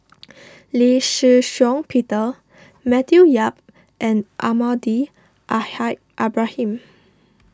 Lee Shih Shiong Peter Matthew Yap and Almahdi Al Haj Ibrahim